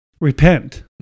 repent